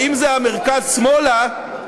ואם המרכז-שמאלה.